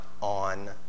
on